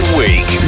week